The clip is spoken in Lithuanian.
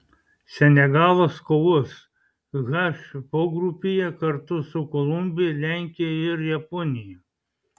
senegalas kovos h pogrupyje kartu su kolumbija lenkija ir japonija